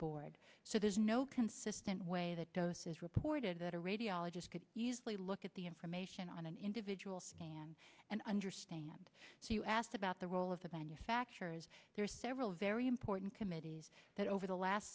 board so there's no consistent way the dose is reported that a radiologist could easily look at the information on an individual scan and understand so you asked about the role of the manufacturers there are several very important committees that over the last